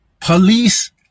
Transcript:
Police